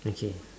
okay